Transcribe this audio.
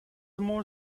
more